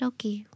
Okay